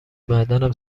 معدنم